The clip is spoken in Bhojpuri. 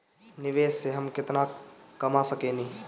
निवेश से हम केतना कमा सकेनी?